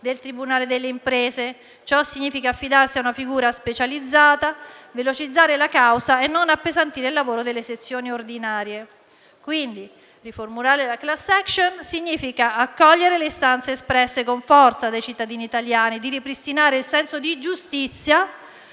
del tribunale delle imprese. Ciò significa affidarsi a una figura specializzata, velocizzare la causa e non appesantire il lavoro delle sezioni ordinarie. Quindi, riformulare la *class action* significa accogliere le istanze espresse con forza dai cittadini italiani di ripristinare il senso di giustizia,